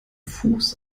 fuß